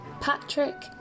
Patrick